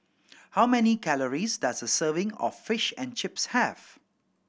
how many calories does a serving of Fish and Chips have